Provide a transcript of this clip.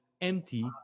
empty